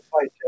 fight